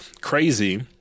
crazy